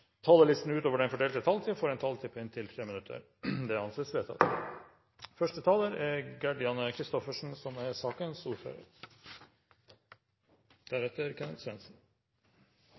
talerlisten utover den fordelte taletid, får en taletid på inntil 3 minutter. – Det anses vedtatt.